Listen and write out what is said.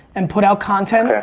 and put out content.